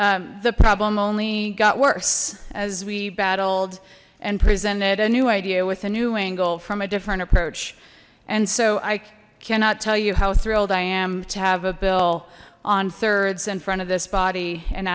the problem only got worse as we battled and presented a new idea with a new angle from a different approach and so i cannot tell you how thrilled i am to have a bill on thirds in front of this body and